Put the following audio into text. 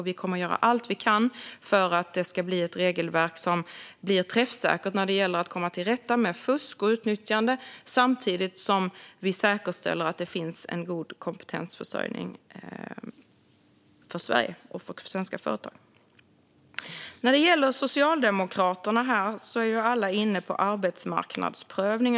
Vi kommer att göra allt vi kan för att det ska bli ett regelverk som är träffsäkert när det gäller att komma till rätta med fusk och utnyttjande samtidigt som vi säkerställer att det finns god kompetensförsörjning för Sverige och för svenska företag. När det gäller Socialdemokraterna här är alla inne på arbetsmarknadsprövning.